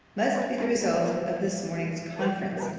must be the result of this morning's conference.